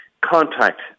contact